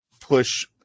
push